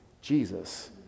Jesus